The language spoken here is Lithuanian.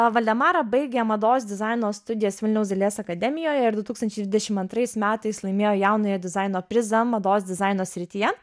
valdemara baigė mados dizaino studijas vilniaus dailės akademijoje ir du tūkstančiai dvidešim antrais metais laimėjo jaunojo dizaino prizą mados dizaino srityje